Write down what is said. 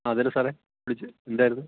ആ അതേല്ലോ സാറേ വിളിച്ചത് എന്തായിരുന്നു